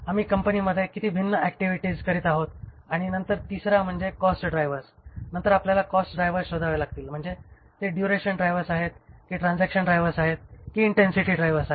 आम्ही कंपनीमध्ये किती भिन्न ऍक्टिव्हिटीज करीत आहोत आणि नंतर तिसरा म्हणजे कॉस्ट ड्रायव्हर्स नंतर आपल्याला कॉस्ट ड्रायव्हर्स शोधावे लागतील म्हणजे ते ड्युरेशन ड्रायव्हर्स आहेत कि ट्रान्झॅक्शन ड्रायव्हर्स आहेत की इंटेन्सिटी ड्रायव्हर्स आहेत